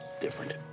different